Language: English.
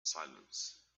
silence